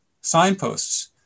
signposts